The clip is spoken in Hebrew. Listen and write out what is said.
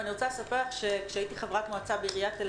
אני רוצה לספר לך שכאשר הייתי חברת מועצה בעיריית תל